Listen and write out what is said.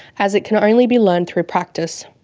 as it can only be learned through practice.